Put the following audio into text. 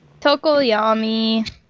Tokoyami